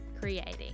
creating